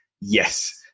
Yes